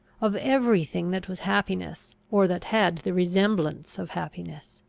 of every thing that was happiness, or that had the resemblance of happiness.